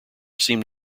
seemed